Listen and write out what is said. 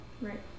Right